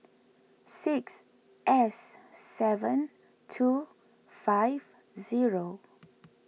six S seven two five zero